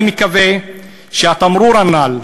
אני מקווה שהתמרור הנ"ל